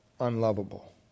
unlovable